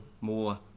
more